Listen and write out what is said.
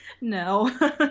No